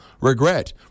regret